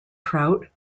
trout